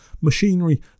machinery